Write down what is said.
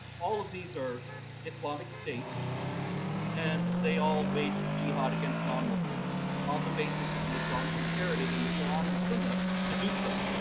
all of these are islamic states and they all waged jihad against non-muslims on the basis of the islamic imperative in the qur'an and sunnah to do so.